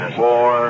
four